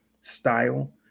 style